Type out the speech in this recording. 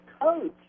coach